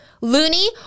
Loony